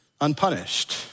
unpunished